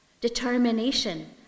determination